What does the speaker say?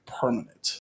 permanent